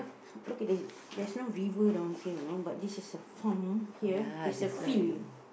look at it there's no river down here you know but this is a pond here is a field